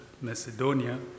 Macedonia